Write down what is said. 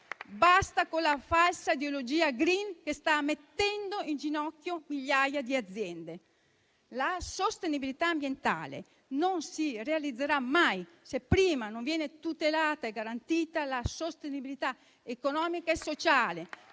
Basta con la falsa ideologia *green* che sta mettendo in ginocchio migliaia di aziende. La sostenibilità ambientale non si realizzerà mai se prima non viene tutelata è garantita la sostenibilità economica e sociale